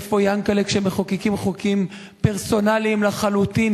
איפה יענקל'ה כשמחוקקים חוקים פרסונליים לחלוטין,